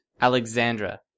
Alexandra